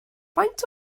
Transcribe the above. faint